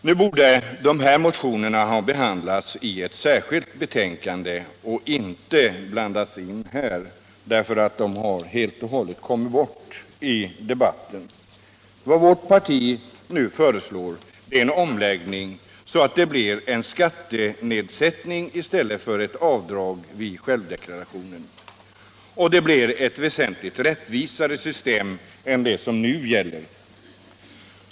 Nu borde de här motionerna ha behandlats i ett särskilt betänkande och inte ha blandats in här; de har helt och hållet kommit bort i debatten. Vad vårt parti nu föreslår är en omläggning, så att det blir en skattenedsättning i stället för ett avdrag vid självdeklarationen. Det skulle bli ett väsentligt rättvisare system än det som nu gäller.